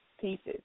pieces